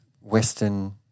Western